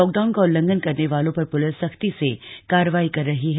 lockdown का उल्लंघन करने वालों पर प्लिस सख्ती से कार्रवाई कर रही है